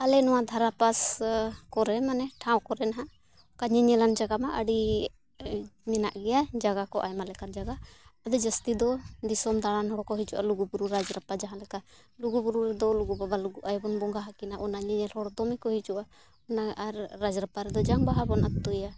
ᱟᱞᱮ ᱱᱚᱣᱟ ᱫᱷᱟᱨᱮᱯᱟᱥ ᱠᱚᱨᱮ ᱢᱟᱱᱮ ᱴᱷᱟᱶ ᱠᱚᱨᱮ ᱱᱟᱦᱟᱜ ᱚᱠᱟ ᱧᱮᱧᱮᱞᱟᱱ ᱡᱟᱭᱜᱟᱢᱟ ᱟᱹᱰᱤ ᱢᱮᱱᱟᱜ ᱜᱮᱭᱟ ᱡᱟᱭᱜᱟ ᱠᱚ ᱟᱭᱢᱟ ᱞᱮᱠᱟᱱ ᱡᱟᱭᱜᱟ ᱟᱫᱚ ᱡᱟᱹᱥᱛᱤ ᱫᱚ ᱫᱤᱥᱚᱢ ᱫᱟᱬᱟᱱ ᱦᱚᱲ ᱠᱚ ᱦᱤᱡᱩᱜᱼᱟ ᱞᱩᱜᱩᱵᱩᱨᱩ ᱨᱟᱡᱽ ᱨᱟᱯᱟᱜ ᱡᱟᱦᱟᱸ ᱞᱮᱠᱟ ᱞᱩᱜᱩ ᱵᱩᱨᱩ ᱨᱮᱫᱚ ᱞᱩᱜᱩ ᱵᱟᱵᱟ ᱞᱩᱜᱩ ᱟᱭᱳᱵᱚᱱ ᱵᱚᱸᱜᱟ ᱟᱹᱠᱤᱱᱟ ᱚᱱᱟ ᱧᱮᱧᱮᱞ ᱦᱚᱲ ᱫᱚᱢᱮ ᱠᱚ ᱦᱤᱡᱩᱜᱼᱟ ᱚᱱᱟ ᱟᱨ ᱨᱟᱡᱽ ᱨᱟᱯᱯᱟ ᱨᱮᱫᱚ ᱡᱟᱝᱵᱟᱦᱟ ᱵᱚᱱ ᱟᱹᱛᱩᱭᱟ